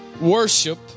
worship